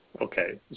Okay